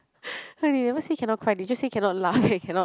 okay they never say cannot cry they just say cannot laugh and cannot